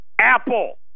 Apple